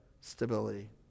Stability